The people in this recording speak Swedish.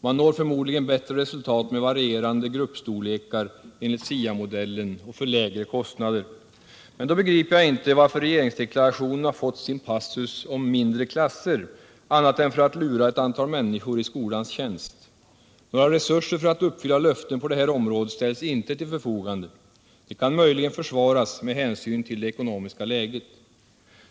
Man når förmodligen bättre resultat med varierande gruppstorlekar enligt SIA-modellen — och till lägre kostnader. Men då begriper jag inte varför regeringsdeklarationen har fått sin passus om ”mindre klasser”, annat än för att lura ett antal människor i skolans tjänst. Några resurser för att uppfylla löften på det här området ställs inte till förfogande. Det kan möjligen försvaras med hänsyn till det ekonomiska läget.